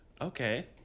Okay